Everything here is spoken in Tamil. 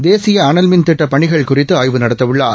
தேசிய அளவ்மின் திட்டப் பணிகள் குறித்து ஆய்வு நடத்தவுள்ளார்